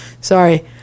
sorry